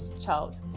child